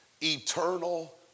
eternal